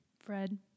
Fred